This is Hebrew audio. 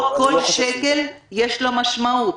פה כל שקל יש לו משמעות.